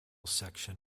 section